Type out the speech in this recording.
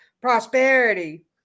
prosperity